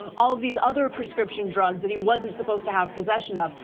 um all of these other prescription drugs that he wasn't supposed to have possession of.